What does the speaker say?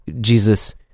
Jesus